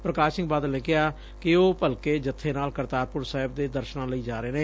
ਪ੍ਕਾਸ਼ ਸਿੰਘ ਬਾਦਲ ਨੇ ਕਿਹਾ ਕਿ ਉਹ ਭਲਕੇ ਜਥੇ ਨਾਲ ਕਰਤਾਰਪੁਰ ਸਾਹਿਬ ਦੇ ਦਰਸ਼ਨਾਂ ਲਈ ਜਾ ਰਹੇ ਨੇ